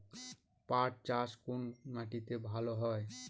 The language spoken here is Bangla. পাট চাষ কোন মাটিতে ভালো হয়?